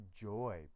joy